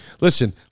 Listen